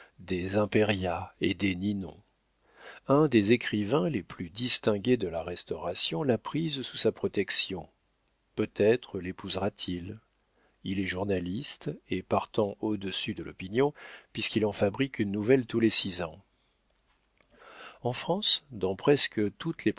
des impéria et des ninon un des écrivains les plus distingués de la restauration l'a prise sous sa protection peut-être lépousera t il il est journaliste et partant au-dessus de l'opinion puisqu'il en fabrique une nouvelle tous les six ans en france dans presque toutes les